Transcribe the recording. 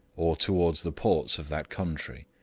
or towards the ports of that country.